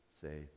say